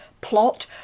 plot